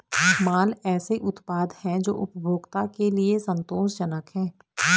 माल ऐसे उत्पाद हैं जो उपभोक्ता के लिए संतोषजनक हैं